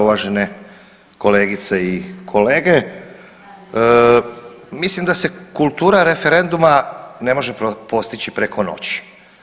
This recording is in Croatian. Uvažene kolegice i kolege, mislim da se kultura referenduma ne može postići preko noći.